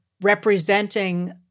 representing